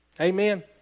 Amen